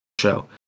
show